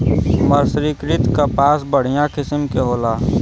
मर्सरीकृत कपास बढ़िया किसिम क होला